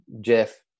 Jeff